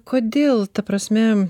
kodėl ta prasme